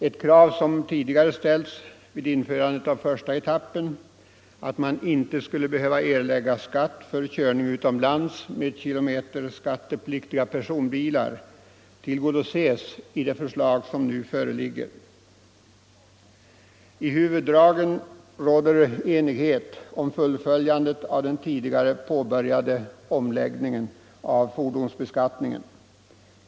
Ett krav som ställts tidigare vid införandet av första etappen att man inte skulle behöva erlägga skatt för körning utomlands med kilometerskattepliktiga personbilar tillgodoses i det förslag som nu föreligger. I huvuddragen råder enighet om fullföljandet av den tidigare påbörjade omläggningen av fordonsbeskattningen.